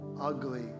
ugly